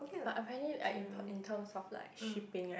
but apparently like in terms of like shipping right